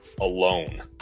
alone